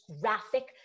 graphic